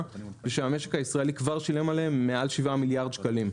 ושהמשק הישראלי כבר שילם עליהם מעל 7 מיליארד שקלים.